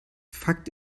fakt